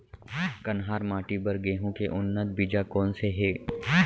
कन्हार माटी बर गेहूँ के उन्नत बीजा कोन से हे?